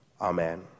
Amen